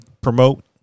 promote